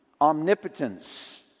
Omnipotence